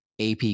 AP